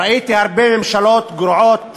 ראיתי הרבה ממשלות גרועות